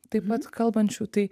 taip pat kalbančių tai